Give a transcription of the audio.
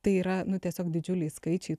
tai yra tiesiog didžiuliai skaičiai